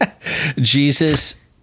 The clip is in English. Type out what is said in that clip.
Jesus